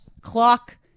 clock